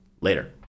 later